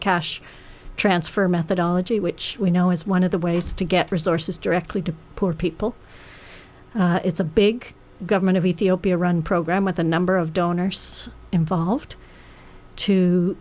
cash transfer methodology which we know is one of the ways to get resources directly to poor people it's a big government of ethiopia run program with the number of donors involved too